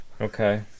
okay